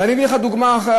ואני אביא לך דוגמה אחרת,